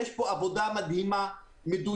יש פה עבודה מדהימה ומדויקת.